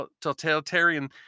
totalitarian